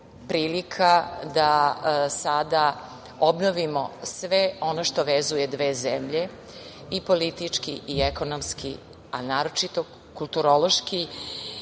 prilika da sada obnovimo sve ono što vezuje dve zemlje, i politički i ekonomski, a naročito kulturološki. Sa